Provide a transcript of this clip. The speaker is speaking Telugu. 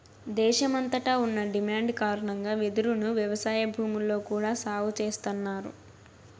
దేశమంతట ఉన్న డిమాండ్ కారణంగా వెదురును వ్యవసాయ భూముల్లో కూడా సాగు చేస్తన్నారు